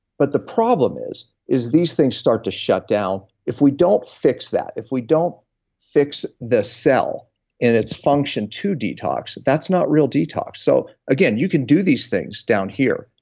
but the problem is is these things start to shut down. if we don't fix that, if we don't fix the cell and its function to detox, that's not real detox. so again, you can do these things down here,